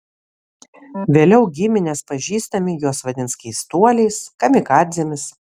vėliau giminės pažįstami juos vadins keistuoliais kamikadzėmis